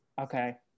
Okay